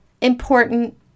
important